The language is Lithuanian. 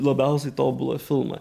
labiausiai tobulą filmą